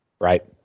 Right